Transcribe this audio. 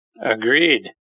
Agreed